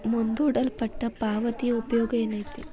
ಮುಂದೂಡಲ್ಪಟ್ಟ ಪಾವತಿಯ ಉಪಯೋಗ ಏನೈತಿ